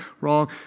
wrong